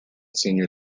senior